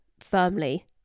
firmly